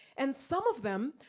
and some of them,